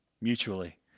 mutually